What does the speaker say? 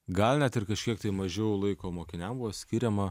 gal net ir kažkiek tai mažiau laiko mokiniam buvo skiriama